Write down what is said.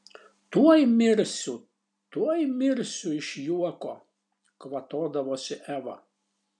tuoj mirsiu tuoj mirsiu iš juoko kvatodavosi eva